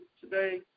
today